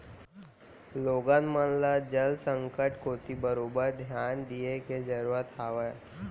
लोगन मन ल जल संकट कोती बरोबर धियान दिये के जरूरत हावय